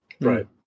Right